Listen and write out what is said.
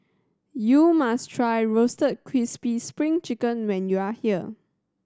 you must try Roasted Crispy Spring Chicken when you are here